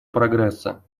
прогресса